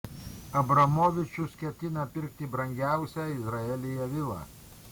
abramovičius ketina pirkti brangiausią izraelyje vilą